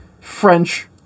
French